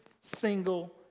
single